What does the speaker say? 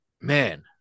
man